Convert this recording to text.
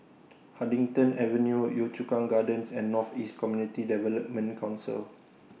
Huddington Avenue Yio Chu Kang Gardens and North East Community Development Council